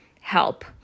help